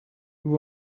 who